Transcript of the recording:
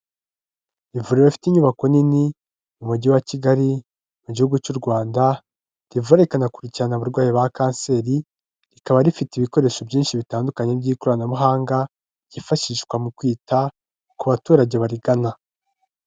Ivuriro rifite inyubako nini mu Mujyi wa Kigali mu Gihugu cy'u Rwanda, rivura rikanakurikirana abarwayi ba Kanseri, rikaba rifite ibikoresho byinshi bitandukanye by'ikoranabuhanga byifashishwa mu kwita ku baturage barigana.